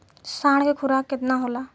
साँढ़ के खुराक केतना होला?